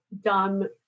dumb